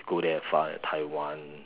go there far at Taiwan